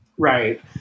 Right